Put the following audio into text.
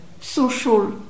social